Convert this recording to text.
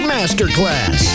Masterclass